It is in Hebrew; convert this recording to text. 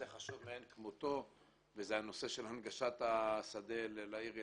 חשוב מאין כמותו והוא נושא הנגשת השדה לעיר אילת.